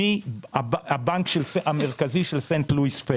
מהבנק המרכזי של סנט לואיס.